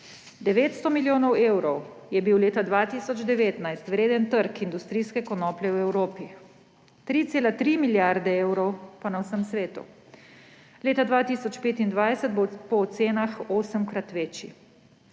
900 milijonov evrov je bil leta 2019 vreden trg industrijske konoplje v Evropi, 3,3 milijarde evrov pa na vsem svetu. Leta 2025 bo po ocenah osemkrat večji.